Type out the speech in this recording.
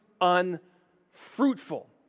unfruitful